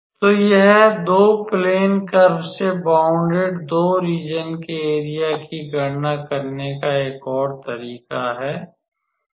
तो यह 2 plane curve से बौंडेड 2 रीज़न के एरिया की गणना करने का एक और तरीका है